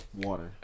Water